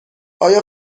آیا